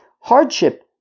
hardship